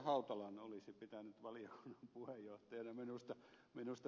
hautalan olisi pitänyt valiokunnan puheenjohtajana minusta tehdä